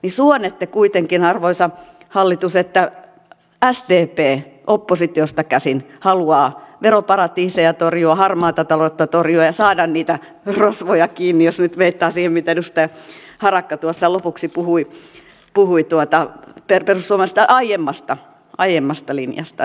suonette kuitenkin arvoisa hallitus että sdp oppositiosta käsin haluaa veroparatiiseja torjua harmaata taloutta torjua ja saada niitä rosvoja kiinni jos nyt viittaan siihen mitä edustaja harakka tuossa lopuksi puhui perussuomalaisten aiemmasta linjasta